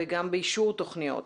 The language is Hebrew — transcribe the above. וגם באישור תוכניות.